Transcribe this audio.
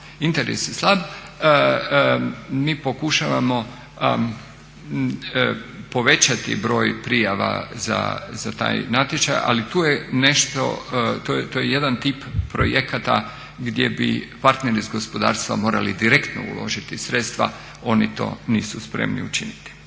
Interes je slab, mi pokušavamo povećati broj prijava za taj natječaj ali tu je nešto, to je jedan tip projekata gdje bi partneri iz gospodarstva morali direktno uložiti sredstva, oni to nisu spremni učiniti.